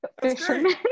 fisherman